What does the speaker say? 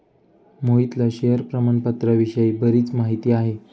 मोहितला शेअर प्रामाणपत्राविषयी बरीच माहिती आहे